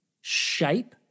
shape